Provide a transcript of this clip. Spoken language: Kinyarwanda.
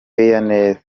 neza